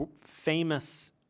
famous